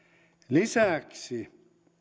lisäksi